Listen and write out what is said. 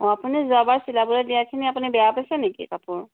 অ আপুনি যোৱাবাৰ চিলাবলৈ দিয়াখিনি আপুনি বেয়া পাইছে নেকি কাপোৰ